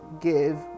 give